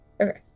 Okay